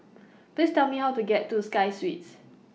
Please Tell Me How to get to Sky Suites